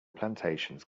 plantations